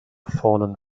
fallen